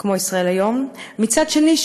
כמו "ישראל היום"; מצד שני,